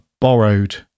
borrowed